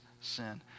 sin